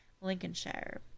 Lincolnshire